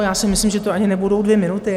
Já si myslím, že to ani nebudou dvě minuty.